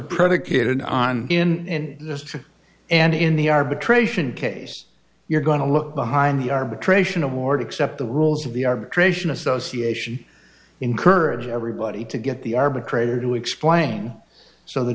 predicated on in this trial and in the arbitration case you're going to look behind the arbitration award except the rules of the arbitration association encourage everybody to get the arbitrator to explain so the